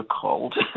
cold